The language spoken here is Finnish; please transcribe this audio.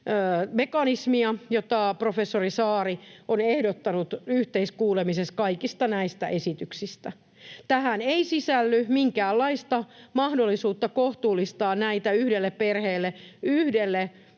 mekanismia, jota professori Saari on ehdottanut yhteiskuulemisessa kaikista näistä esityksistä. Tähän ei sisälly minkäänlaista mahdollisuutta kohtuullistaa näitä yhdelle perheelle ja